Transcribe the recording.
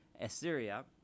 Assyria